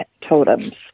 totems